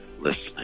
listening